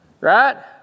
right